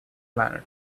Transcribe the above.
planet